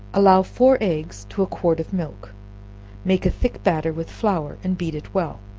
allow four eggs to a quart of milk make a thick batter with flour, and beat it well